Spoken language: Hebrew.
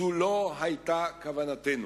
זו לא היתה כוונתנו.